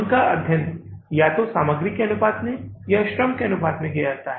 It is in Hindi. उनका अध्ययन या तो सामग्री के अनुपात में या श्रम के अनुपात में किया जाता है